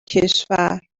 کشور